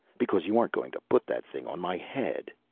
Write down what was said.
because you aren't going to put that thing on my head.